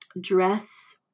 dress